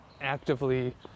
actively